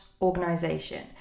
organization